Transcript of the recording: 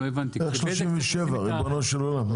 צריך 37, ריבונו של עולם.